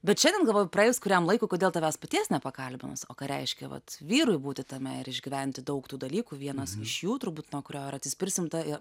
bet šiandien galvoju praėjus kuriam laikui kodėl tavęs paties nepakalbinus o ką reiškia vat vyrui būti tame ir išgyventi daug tų dalykų vienas iš jų turbūt nuo kurio ir atsispirsim tai